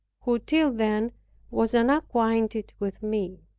who till then was unacquainted with me.